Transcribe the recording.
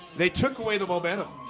they took away the globe animal.